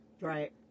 Right